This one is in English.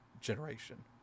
generation